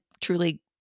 truly